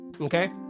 Okay